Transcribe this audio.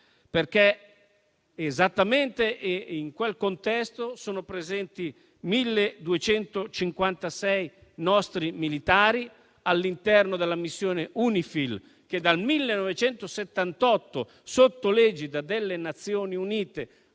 Paese. Esattamente in quel contesto sono presenti 1.256 nostri militari all'interno della missione UNIFIL, che dal 1978, sotto l'egida delle Nazioni Unite,